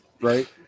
Right